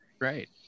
right